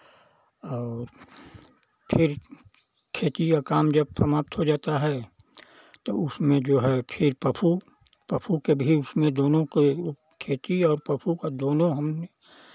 और फिर खेती का काम जब समाप्त हो जाता है तो उसमें जो है फिर पशु पशु के भी उसमें दोनों के खेती और पशु का दोनों हम